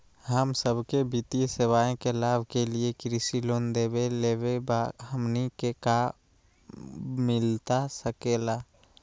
हम सबके वित्तीय सेवाएं के लाभ के लिए कृषि लोन देवे लेवे का बा, हमनी के कब मिलता सके ला?